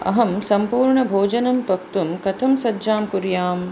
अहं सम्पूर्णभोजनं पक्तुं कथं सज्जां कुर्याम्